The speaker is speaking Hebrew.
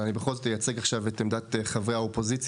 אבל אני בכל זאת אייצג עכשיו את עמדת חברי האופוזיציה,